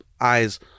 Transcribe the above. eyes